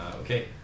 Okay